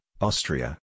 Austria